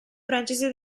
francese